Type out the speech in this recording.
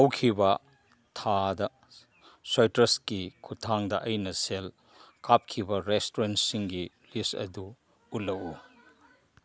ꯍꯧꯈꯤꯕ ꯊꯥꯗ ꯁꯥꯏꯇ꯭ꯔꯁꯀꯤ ꯈꯨꯠꯊꯥꯡꯗ ꯑꯩꯅ ꯁꯦꯜ ꯀꯥꯞꯈꯤꯕ ꯔꯦꯁꯇ꯭ꯔꯣꯟꯁꯤꯡꯒꯤ ꯂꯤꯁ ꯑꯗꯨ ꯎꯠꯂꯛꯎ